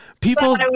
people